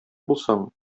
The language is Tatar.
булсаң